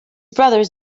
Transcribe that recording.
brothers